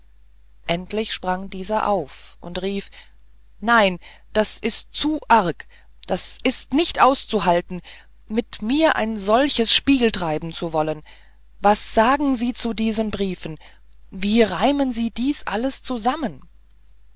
endlich sprang dieser auf und rief nein das ist zu arg das ist nicht auszuhalten mit mir ein solches spiel spielen zu wollen was sagen sie zu diesen briefen wie reimen sie dies alles zusammen